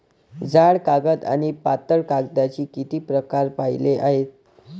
जाड कागद आणि पातळ कागदाचे किती प्रकार पाहिले आहेत?